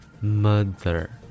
mother